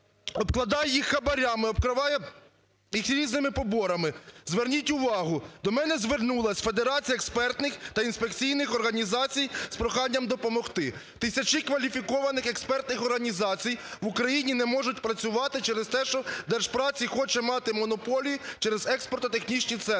обкладає їх хабарами, обкладає їх різними поборами. Зверніть увагу! До мене звернулась Федерація експертних та інспекційних організацій з проханням допомогти. Тисячі кваліфікованих експертних організацій в Україні не можуть працювати через те, щоДержпраці хоче мати монополії через експертно-технічні центри,